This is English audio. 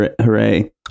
Hooray